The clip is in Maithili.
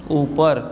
ऊपर